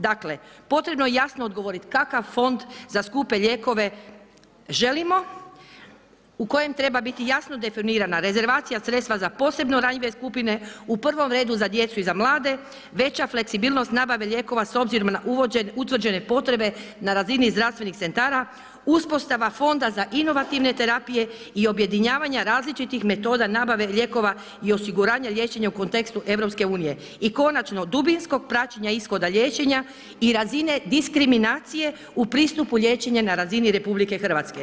Dakle, potrebno je jasno odgovoriti, kakav fond za skupe lijekove želimo u kojem treba biti jasno definirana rezervacija sredstva za posebno ranjive skupine u prvom redu za djecu i za mlade, veća fleksibilnost nabave lijekova s obzirom na utvrđene potrebe na razini zdravstvenih centara, uspostava fonda za inovativne terapije i objedinjavanja različitih metoda nabave lijekova i osiguranje liječenja u kontekstu EU i konačno, dubinskog praćenja ishoda liječenja i razine diskriminacije u pristupu liječenja na razini RH.